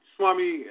Swami